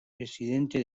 presidente